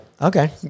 okay